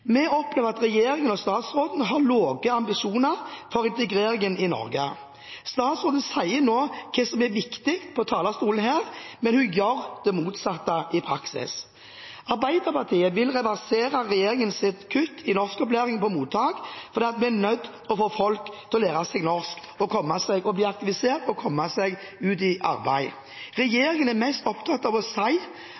Vi opplever at regjeringen og statsråden har lave ambisjoner for integreringen i Norge. Statsråden sier nå hva som er viktig, på talerstolen her, men hun gjør det motsatte i praksis. Arbeiderpartiet vil reversere regjeringens kutt i norskopplæring på mottak, fordi vi er nødt til å få folk til å lære seg norsk, bli aktivisert og komme seg ut i arbeid.